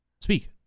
Speak